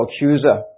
accuser